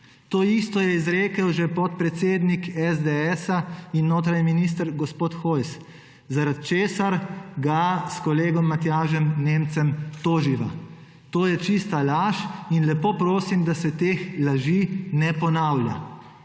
To isto je izrekel že podpredsednik SDS in notranji minister gospod Hojs, zaradi česar ga s kolegom Matjažem Nemcem toživa. To je čista laž in lepo prosim, da se teh laži ne ponavlja.